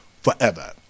forever